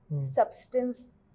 substance